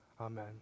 amen